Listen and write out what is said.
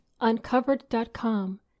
Uncovered.com